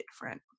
different